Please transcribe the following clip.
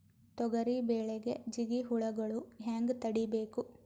ತೊಗರಿ ಬೆಳೆಗೆ ಜಿಗಿ ಹುಳುಗಳು ಹ್ಯಾಂಗ್ ತಡೀಬೇಕು?